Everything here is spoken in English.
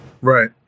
Right